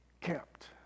kept